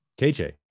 KJ